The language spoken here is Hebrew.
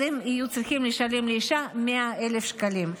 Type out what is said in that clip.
אז הם יהיו צריכים לשלם לאישה 100,000 שקלים.